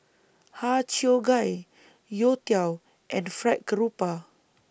Har Cheong Gai Youtiao and Fried Garoupa